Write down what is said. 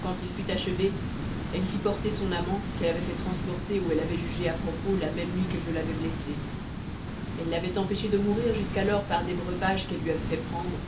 quand il fut achevé elle y fit porter son amant qu'elle avait fait transporter où elle avait jugé à propos la même nuit que je l'avais blessé elle l'avait empêché de mourir jusqu'alors par des breuvages qu'elle lui avait fait prendre